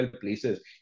places